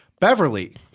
Beverly